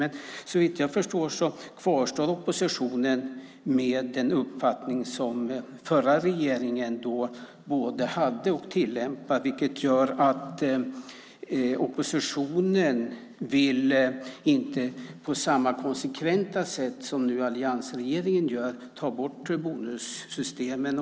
Men såvitt jag förstår kvarstår oppositionen med den uppfattning som den förra regeringen både hade och tillämpade, vilket gör att oppositionen inte på samma konsekventa sätt som nu alliansregeringen gör vill ta bort bonussystemen.